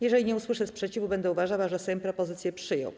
Jeżeli nie usłyszę sprzeciwu, będę uważała, że Sejm propozycję przyjął.